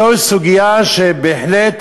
זו סוגיה שבהחלט